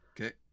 Okay